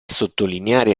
sottolineare